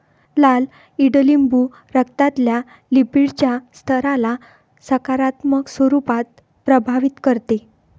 लाल ईडलिंबू रक्तातल्या लिपीडच्या स्तराला सकारात्मक स्वरूपात प्रभावित करते